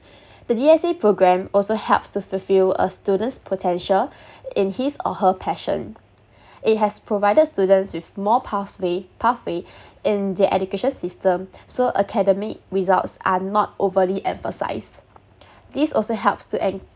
the D_S_A programme also helps to fulfil a student's potential in his or her passion it has provided students with more paths way pathway in the education system so academic results are not overly emphasised this also helps to en~